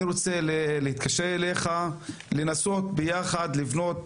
אני רוצה להתקשר אליך כדי לנסות ביחד לבנות